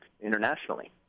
internationally